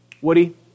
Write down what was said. Woody